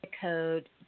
code